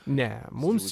ne mums